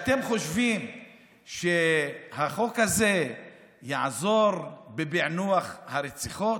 אתם חושבים שהחוק הזה יעזור בפיענוח הרציחות?